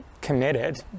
committed